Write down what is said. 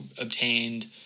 obtained